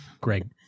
Greg